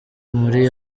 muri